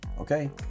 Okay